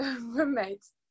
roommates